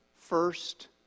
First